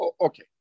okay